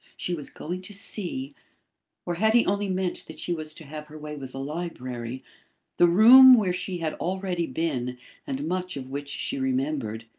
she was going to see or had he only meant that she was to have her way with the library the room where she had already been and much of which she remembered.